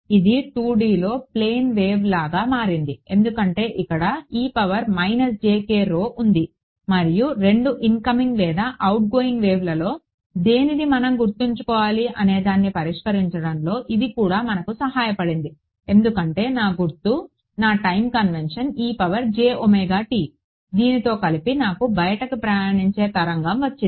ఇది 2Dలో plane wave లాగా మారింది ఎందుకంటే ఇక్కడ ఉంది మరియు 2 ఇన్కమింగ్ లేదా అవుట్గోయింగ్ వేవ్లలో దేనిని మనం గుర్తుంచుకోవాలి అనేదాన్ని పరిష్కరించడంలో ఇది కూడా మనకు సహాయపడింది ఎందుకంటే నా గుర్తు నా టైమ్ కన్వెన్షన్ దీనితో కలిపి నాకు బయటికి ప్రయాణించే తరంగం వచ్చింది